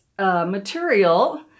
material